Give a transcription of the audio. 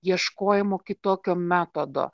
ieškojimo kitokio metodo